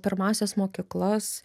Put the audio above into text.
pirmąsias mokyklas